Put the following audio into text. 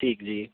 ਠੀਕ ਜੀ